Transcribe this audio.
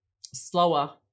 slower